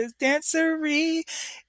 dancery